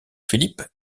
philipe